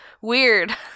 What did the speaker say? weird